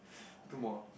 two more